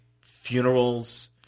funerals